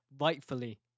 rightfully